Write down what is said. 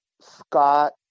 Scott